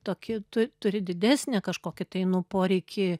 tokį tu turi didesnę kažkokį tai nu poreikį